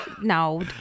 No